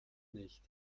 nicht